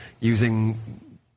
using